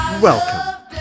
Welcome